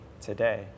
today